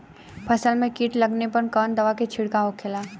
फसल में कीट लगने पर कौन दवा के छिड़काव होखेला?